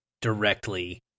directly